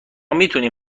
میتونین